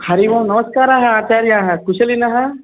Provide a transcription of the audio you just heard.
हरिः ओं नमस्काराः आचार्याः कुशलिनः